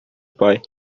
pai